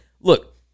Look